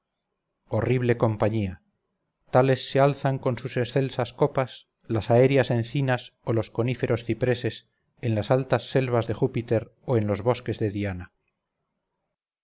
horrible compañía tales se alzan con sus excelsas copas las aéreas encina o los coníferos cipreses en las altas selvas de júpiter o en los bosques de diana